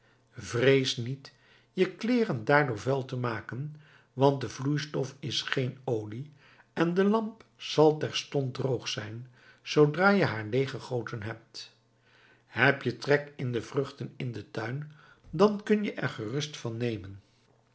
vrees niet je kleeren daardoor vuil te maken want de vloeistof is geen olie en de lamp zal terstond droog zijn zoodra je haar leeggegoten hebt heb je trek in de vruchten in den tuin dan kun je er gerust van nemen